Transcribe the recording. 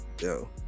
yo